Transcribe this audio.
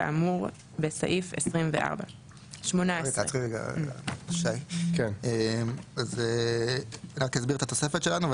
כאמור בסעיף 24. אני אסביר את התוספת שלנו,